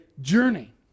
journey